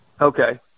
Okay